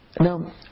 Now